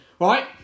right